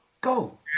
go